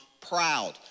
proud